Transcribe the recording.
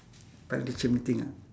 like teacher meeting ah